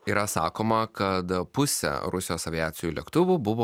yra sakoma kad pusė rusijos aviacijų lėktuvų buvo